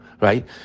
right